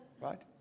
Right